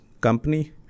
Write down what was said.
company